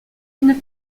une